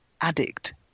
addict